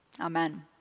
Amen